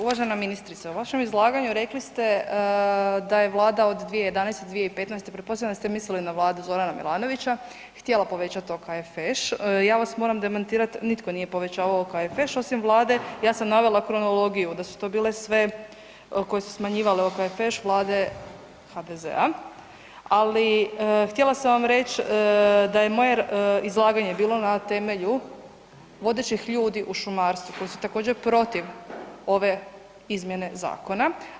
Uvažena ministrice u vašem izlaganju rekli da je vlada od 2011.-2015. pretpostavljam da ste mislili na vladu Zorana Milanovića htjela povećati OKFŠ, ja vas moram demantirati nitko nije povećavao OKFŠ osim Vlade, ja sam navela kronologiju da su to bile sve koje su smanjivale OKFŠ Vlade HDZ-a, ali htjela sam vam reći da je moje izlaganje bilo na temelju vodećih ljudi u šumarstvu koji su također protiv ove izmjene zakona.